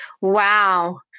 Wow